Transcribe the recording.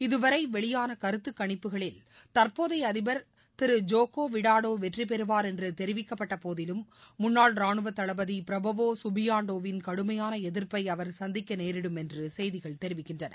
இதுவரைவெளியானகருத்துகணிப்புகள் தற்போதையஅதிபா் திருஜோக்கோவிடோடோவெற்றிபெறுவார் என்றுதெரிவிக்கப்பட்டபோதிலும் முன்னாள் அதிபர் ராணுவதளபதிபிரபவோசுபியான்டோ வின் கடுமையானஎதிர்ப்பைஅவர் சந்திக்கநேரிடும் என்றுதெரிவிக்கின்றன